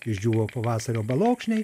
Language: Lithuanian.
išdžiūvo pavasario balokšniai